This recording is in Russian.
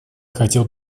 хотел